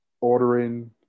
ordering